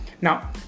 now